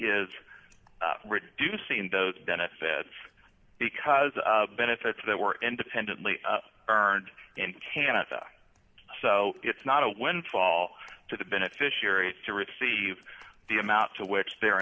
is reducing those benefits because of benefits that were independently earned in canada so it's not a windfall to the beneficiaries to receive the amount to which they